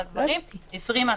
עזרת גברים - 20 אנשים,